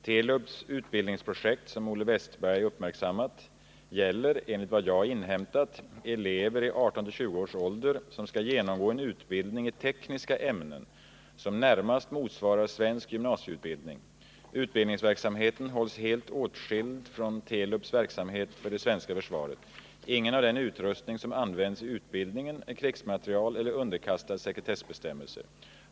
Telub AB:s utbildningsprojekt, som Olle Wästberg uppmärksammat, gäller, enligt vad jag inhämtat, elever i 18-20 års ålder som skall undergå en utbildning i tekniska ämnen som närmast motsvarar svensk gymnasieutbild ning. Utbildningsverksamheten hålls helt åtskild från Telubs verksamhet för det svenska försvaret. Inget av den utrustning som används i utbildningen är krigsmateriel eller underkastad sekretessbestämmelser.